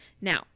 Now